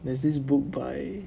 there's this book by